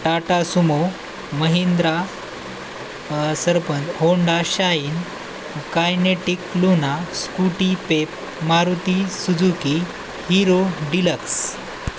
Tata Sumo Mahindra Sarpanch Honda Shine Kinetic Luna Scooty Pep Maruti Suzuki Hero deluxe